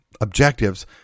objectives